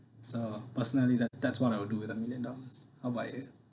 so personally that that's what I would do with the million dollars how about you